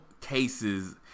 cases